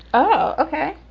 oh ok.